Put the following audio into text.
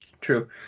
True